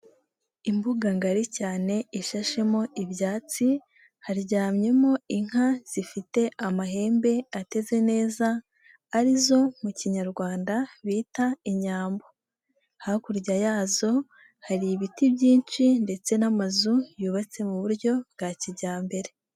Imbuga ngari cyane ishashemo ibyatsi, haryamyemo inka zifite amahembe ateze neza arizo mu kinyarwanda bita inyambo. Hakurya yazo hari ibiti byinshi ndetse n'amazu yubatse mu buryo bwa kijyambere.